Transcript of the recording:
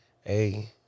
Hey